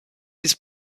his